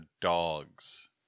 dogs